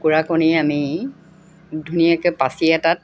কুকুৰা কণী আমি ধুনীয়াকৈ পাচি এটাত